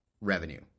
revenue